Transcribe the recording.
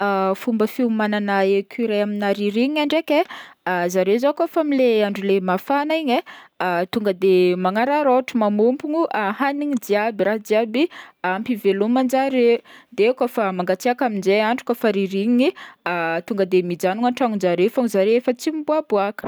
Fomba fiomanana ecureil amina rirignina ndraiky, zareo zao kaofa amle andro le mafagna igny tonga de manararaotro magnompogno hagniny jiaby raha jiaby ampy hiveloman-jare, de kaofa mangatsiaka aminjay andro kaofa ririgniny tonga de mijanony antragnonjare fogna zare fa tsy miboaboaka.